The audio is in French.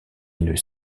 une